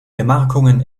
gemarkungen